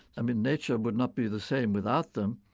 i mean, nature would not be the same without them.